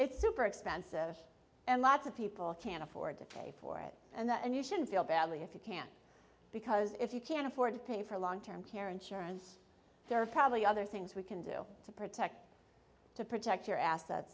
it's super expensive and lots of people can't afford to pay for it and you shouldn't feel badly if you can't because if you can't afford to pay for a long term care insurance there are probably other things we can do to protect to protect your assets